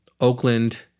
Oakland